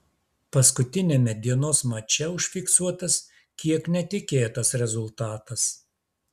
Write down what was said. paskutiniame dienos mače užfiksuotas kiek netikėtas rezultatas